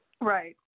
Right